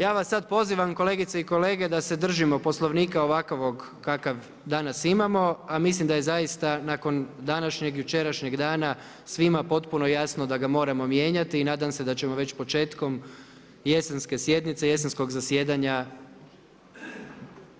Ja vas sada pozivam kolegice i kolege da se držimo Poslovnika ovakvog kakav danas imamo, a mislim da je zaista nakon današnjeg i jučerašnjeg dana svima potpuno jasno da ga moramo mijenjati i nadam se da ćemo već početkom jesenske sjednice, jesenskog zasjedanja